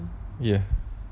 ya